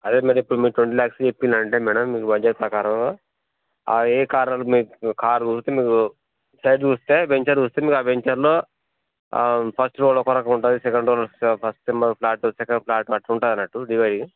అదే మేడం ఇప్పుడు మీరు ట్వంటీ లాక్స్ చెప్పిన్నారంటే మేడం మీరు బడ్జెట్ ప్రకారము అది ఏ కార్ అన్ మీకు కార్ చూస్తే మీరు సైడ్ చూస్తే వెంచర్ చూస్తే మీరా వెంచర్లో ఫస్ట్ రోల్లో ఒక రకం ఉంటది సెకండ్ రోల్లో ఫస్ట్ సెమ్ ఫ్లాటు సెకండ్ ఫ్లాట్ అట్లుంటాదన్నట్టు డివైస్